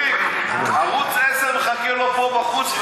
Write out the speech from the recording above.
ערוץ 10 מחכה לו בחוץ,